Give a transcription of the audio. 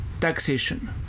taxation